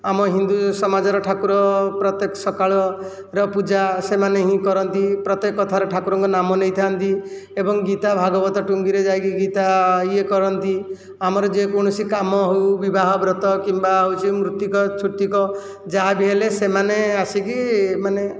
ଆମ ହିନ୍ଦୁସମାଜର ଠାକୁର ପ୍ରତ୍ୟେକ ସକାଳର ପୂଜା ସେମାନେ ହିଁ କରନ୍ତି ପ୍ରତ୍ୟେକ ଥର ଠାକୁରଙ୍କ ନାମ ନେଇଥାନ୍ତି ଏବଂ ଗୀତା ଭାଗବତ ଟୁଙ୍ଗୀରେ ଯାଇକି ଗୀତା ଇଏ କରନ୍ତି ଆମର ଯେକୌଣସି କାମ ହେଉ ବିବାହ ବ୍ରତ କିମ୍ବା ହେଉଛି ମୃତ୍ତିକ ଛୁତ୍ତିକ ଯାହା ବି ହେଲେ ସେମାନେ ଆସିକି ମାନେ